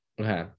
Okay